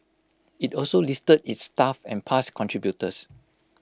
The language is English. IT also listed its staff and past contributors